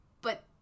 But-